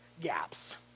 gaps